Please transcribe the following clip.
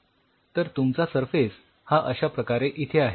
तर तुमचा सरफेस हा अश्याप्रकारे इथे आहे